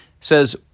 says